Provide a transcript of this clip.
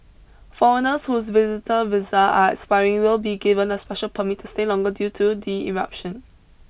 foreigners whose visitor visa are expiring will be given a special permit to stay longer due to the eruption